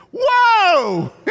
whoa